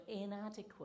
inadequate